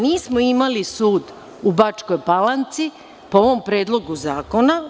Nismo imali sud u Bačkoj Palanci po ovom predlogu zakona.